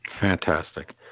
Fantastic